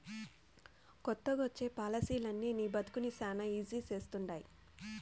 కొత్తగొచ్చే పాలసీలనీ నీ బతుకుని శానా ఈజీ చేస్తండాయి